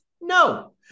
no